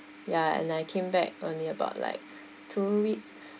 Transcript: ya and I came back only about like two weeks